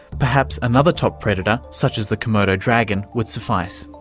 perhaps another top predator such as the komodo dragon would suffice.